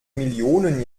millionen